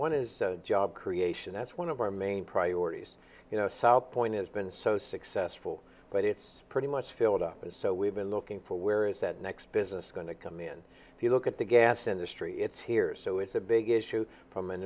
one is job creation that's one of our main priorities you know south point has been so successful but it's pretty much filled up and so we've been looking for where is that next business going to come in if you look at the gas industry it's here so it's a big issue from an